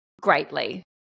greatly